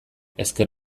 ezker